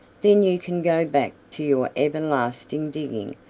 then you can go back to your everlasting digging.